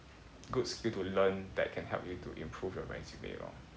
good skill to learn that can help you to improve your resume lor